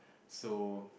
so